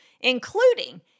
including